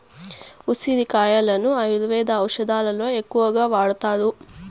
ఉసిరి కాయలను ఆయుర్వేద ఔషదాలలో ఎక్కువగా వాడతారు